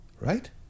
right